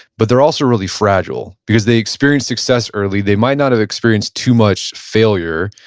but they're also really fragile because they experienced success early. they might not have experienced too much failure,